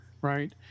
right